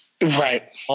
Right